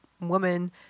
woman